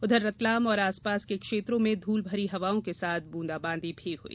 उधर रतलाम और आसपास के क्षेत्रों में धूलभरी हवाओं के साथ ब्रंदाबांदी भी हुई